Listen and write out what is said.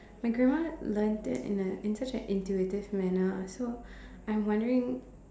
my grandma learnt it in a in just a intuitive manner so I'm wondering